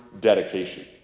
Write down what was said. dedication